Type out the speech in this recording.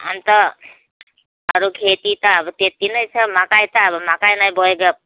अन्त अरू खेती त अब त्यति नै छ मकै त अब मकै नै भइगयो